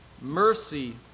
mercy